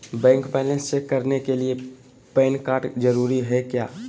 Bank balance check करने के लिए पैन कार्ड जरूरी है क्या?